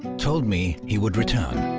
told me he would return,